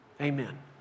Amen